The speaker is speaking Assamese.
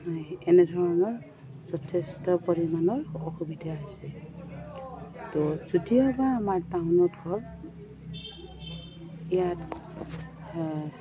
এনেধৰণৰ যথেষ্ট পৰিমাণৰ অসুবিধা হৈছে ত' যদিওবা আমাৰ টাউনত ঘৰ ইয়াত